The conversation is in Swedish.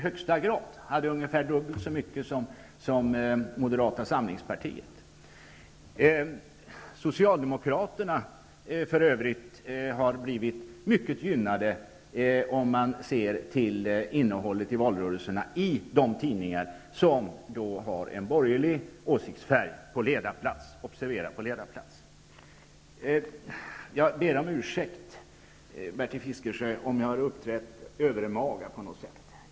Centerpartiet hade ungefär dubbelt så mycket utrymme som Moderata samlingspartiet. Socialdemokraterna har för övrigt blivit mycket gynnade, om man ser till innehållet i valrörelserna, i de tidningar som har en borgerlig åsiktsfärg på ledarplats -- observera att det gäller ledarplats. Jag ber om ursäkt, Bertil Fiskesjö, om jag har uppträtt övermaga på något sätt.